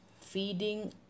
feeding